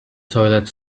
toilet